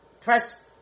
press